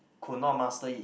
could not master it